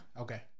Okay